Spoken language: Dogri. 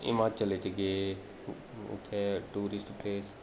हिमाचल च गे उत्थैं टूरिस्ट प्लेस